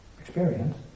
experience